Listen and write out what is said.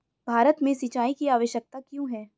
भारत में सिंचाई की आवश्यकता क्यों है?